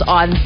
on